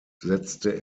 setzte